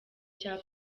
cya